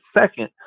second